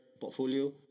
portfolio